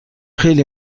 خیلی